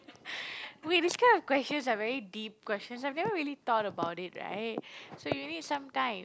wait this kind of questions are very deep questions I've never really thought about it right so you need some time